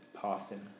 passing